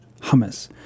hummus